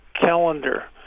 calendar